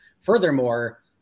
Furthermore